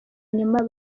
nyuma